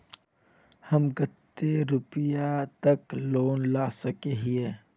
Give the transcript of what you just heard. हम कते रुपया तक लोन ला सके हिये?